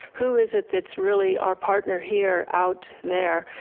who is it that's really our partner here out there.